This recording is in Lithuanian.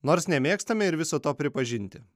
nors nemėgstame ir viso to pripažinti